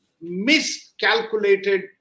miscalculated